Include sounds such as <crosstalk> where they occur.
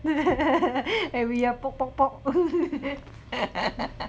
<laughs> every year poke poke poke